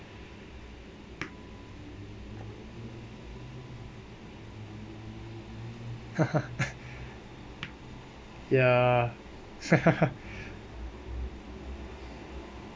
ya